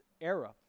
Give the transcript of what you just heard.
era